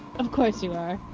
of course you are.